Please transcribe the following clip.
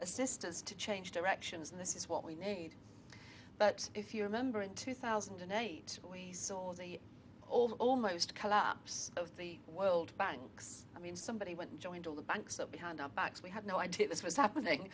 assist us to change directions and this is what we need but if you remember in two thousand and eight we saw the almost collapse of the world banks i mean somebody went and joined all the banks up behind our backs we had no idea this was happening